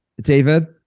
David